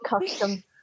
custom